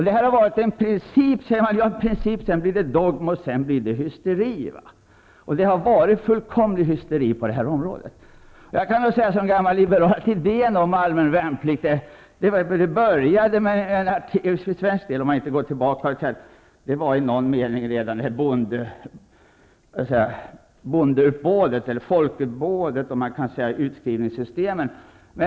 Det här har varit en princip, som sedan har blivit dogm och sedan har blivit hysteri. Som liberal kan jag väl säga att idén om allmän värnplikt började med en artikel. Man kan naturligtvis gå tillbaka och säga att den i någon mening fanns redan århundraden tidigare i och med folkuppbådet och utskrivningssystemen.